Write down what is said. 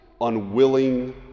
unwilling